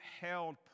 held